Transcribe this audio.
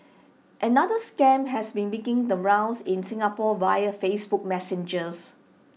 another scam has been making the rounds in Singapore via Facebook Messenger